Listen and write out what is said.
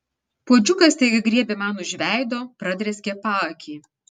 puodžiukas staiga griebė man už veido pradrėskė paakį